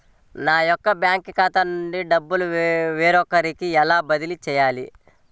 నా యొక్క బ్యాంకు ఖాతా నుండి డబ్బు వేరొకరికి ఎలా బదిలీ చేయాలి?